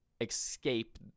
escape